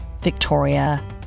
Victoria